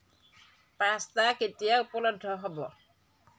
pasta কেতিয়া উপলব্ধ হ'ব